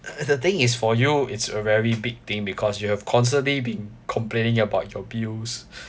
and the thing is for you it's a very big thing because you have constantly been complaining about your bills